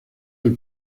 del